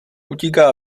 utíká